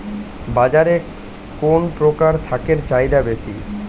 বাজারে কোন প্রকার শাকের চাহিদা বেশী?